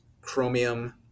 chromium